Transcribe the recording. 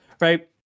right